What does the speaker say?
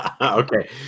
Okay